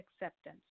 acceptance